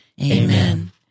Amen